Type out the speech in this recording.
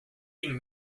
been